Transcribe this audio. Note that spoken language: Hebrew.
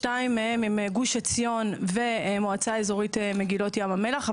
שתיים מהן הם גוש עציון ומועצה אזורית מגילות ים המלח.